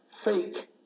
fake